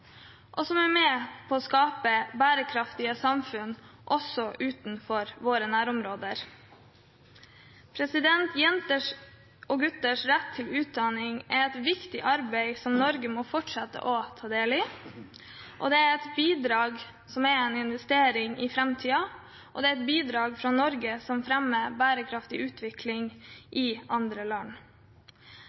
og som er med på å skape bærekraftige samfunn også utenfor våre nærområder. Jenters og gutters rett til utdanning er et viktig arbeid som Norge må fortsette å ta del i. Det er et bidrag som er en investering i framtiden, og det er et bidrag fra Norge som fremmer bærekraftig utvikling i andre land.